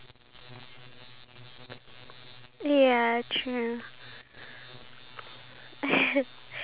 wait that's that's the thing that you going to bring from that era into the modern day right now right